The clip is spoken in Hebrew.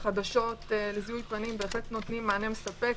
החדשות לזיהוי פנים נותנים מענה מספק,